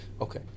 Okay